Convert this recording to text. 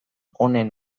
honen